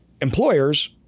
employers